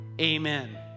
amen